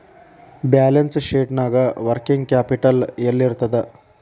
Balance ಶೇಟ್ನ್ಯಾಗ working capital ಯೆಲ್ಲಿರ್ತದ?